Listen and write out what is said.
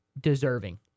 deserving